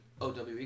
OWE